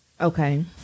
Okay